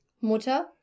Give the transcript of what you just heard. Mutter